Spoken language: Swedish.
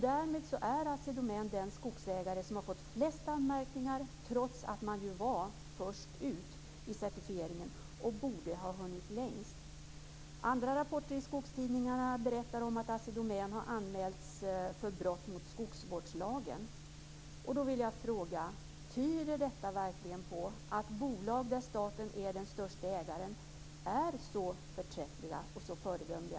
Därmed är Assi Domän den skogsägare som har fått flest anmärkningar, trots att man var först ut i certifieringen och borde ha hunnit längst. Andra rapporter i skogstidningarna berättar som att Assi Domän har anmälts för brott mot skogsvårdslagen. Då vill jag fråga: Tyder detta verkligen på att bolag där staten är den största ägaren är så förträffliga och så föredömliga?